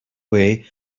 way